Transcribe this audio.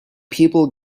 people